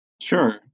Sure